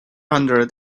hundred